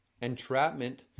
Entrapment